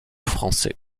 français